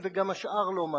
וגם השאר לא משהו.